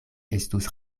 estus